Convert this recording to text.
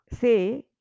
say